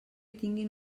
tinguin